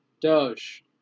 Doge